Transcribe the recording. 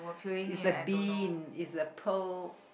it's the bean it's the pearl